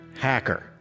Hacker